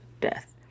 death